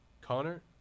Connor